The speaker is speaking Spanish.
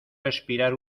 respirar